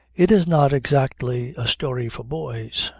it is not exactly a story for boys,